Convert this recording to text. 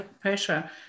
pressure